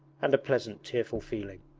and a pleasant tearful feeling.